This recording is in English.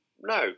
No